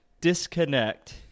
disconnect